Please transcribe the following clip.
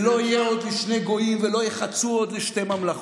"ולא יהיה עוד לשני גוים ולא יחצו עוד לשתי ממלכות".